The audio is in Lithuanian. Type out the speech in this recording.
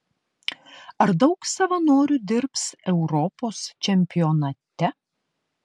ar daug savanorių dirbs europos čempionate